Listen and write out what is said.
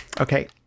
Okay